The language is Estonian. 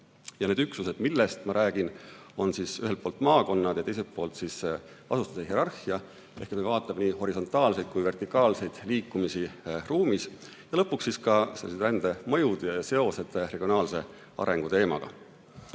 Need üksused, millest ma räägin, on ühelt poolt maakonnad ja teiselt poolt asustuse hierarhia. Ehk me vaatame nii horisontaalseid kui ka vertikaalseid liikumisi ruumis. Lõpuks ka rändemõjud ja seosed regionaalse arengu teemaga.